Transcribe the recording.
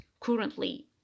currently